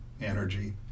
energy